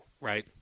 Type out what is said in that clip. Right